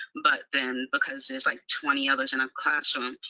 but then because there's, like, twenty others in a classroom,